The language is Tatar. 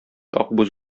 акбүз